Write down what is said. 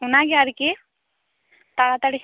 ᱚᱱᱟᱜᱮ ᱟᱨᱠᱤ ᱛᱟᱲᱟᱛᱟᱲᱤ